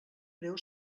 greu